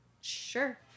sure